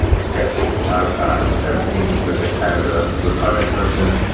and sketch artifacts, everything so gets handed of the front-end person.